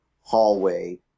hallway